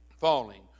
falling